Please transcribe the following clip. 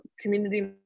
community